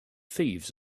thieves